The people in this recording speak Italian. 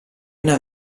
una